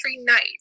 night